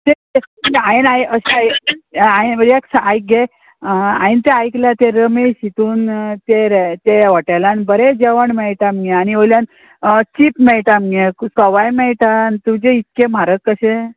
ते हांवें हांवें एक आयके हांवें ते आयकला ते रमेश हितून ते हॉटेलान बरें जेवण मेळटा मगे आनी वयल्यान चीप मेळटा मगे सवाय मेळटा तुजे इतके म्हारग कशें